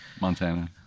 Montana